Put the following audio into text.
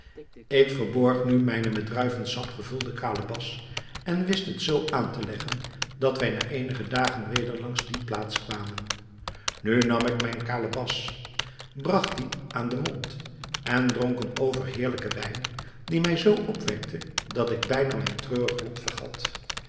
ik verborg nu mijne met druivensap gevulde kalebas en wist het zoo aan te leggen dat wij na eenige dagen weder langs die plaats kwamen nu nam ik mijne kalebas bragt die aan den mond en dronk een overheerlijken wijn die mij zoo opwekte dat ik bijna mijn treurig lot vergat